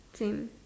same